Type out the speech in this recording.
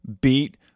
beat